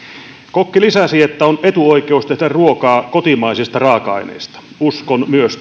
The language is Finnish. kokki lisäsi että on etuoikeus tehdä ruokaa kotimaisista raaka aineista uskon myös